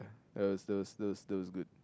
that was that was that was good